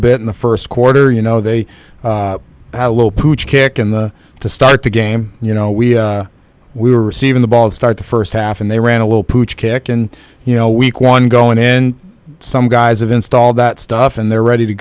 bit in the first quarter you know they are had a little pooch kick in the to start the game you know we we were receiving the ball start the first half and they ran a little pooch kick and you know week one going in some guys have installed that stuff and they're ready to